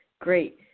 great